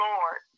Lord